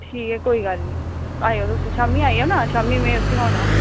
ठीक ऐ कोई गल्ल नीं आएओ तुस शामीं आएओ ना शामीं में उत्थै होना